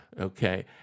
Okay